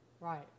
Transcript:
Right